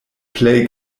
plej